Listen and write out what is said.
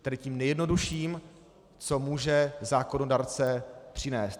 Tedy tím nejjednodušším, co může zákonodárce přinést.